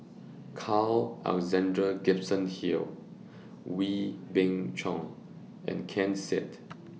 Carl Alexander Gibson Hill Wee Beng Chong and Ken Seet